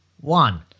One